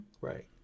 Right